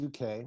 UK